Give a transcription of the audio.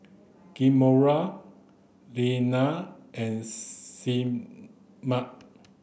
Kamora Iyanna and Sigmund